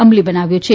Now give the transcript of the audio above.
અમલી બનાવ્યો છે